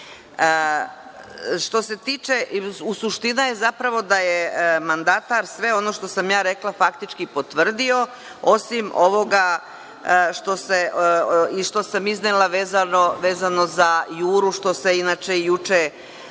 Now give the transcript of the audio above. sa mandatarom. Suština je zapravo da je mandatar, sve ono što sam ja rekla, faktički potvrdio, osim ovoga što sam iznela vezano za „Juru“ što se inače juče